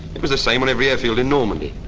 it was the same on every airfield in normandy.